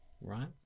Right